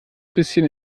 bisschen